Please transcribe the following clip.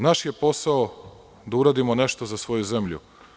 Naš je posao da uradimo nešto za svoju zemlju.